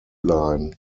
line